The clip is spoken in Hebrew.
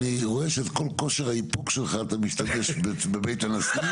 אני רואה שבכל כושר האיפוק שלך אתה משתמש בבית הנשיא.